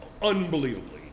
unbelievably